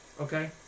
Okay